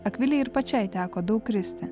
akvilei ir pačiai teko daug kristi